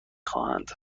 خواهند